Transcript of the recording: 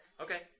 Okay